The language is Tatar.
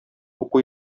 уку